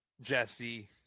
Jesse